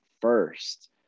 first